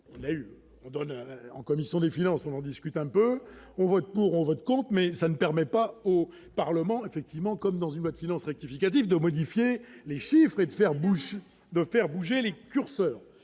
eu dans en commission des finances, on en discute un peu, on vote pour votre compte, mais ça ne permet pas au Parlement, effectivement comme dans une mode finance rectificative de modifier les chiffres et de faire bouger, de faire